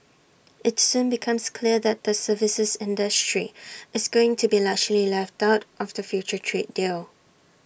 IT soon becomes clear that the services industry is going to be largely left out of the future trade deal